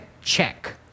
check